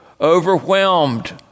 overwhelmed